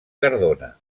cardona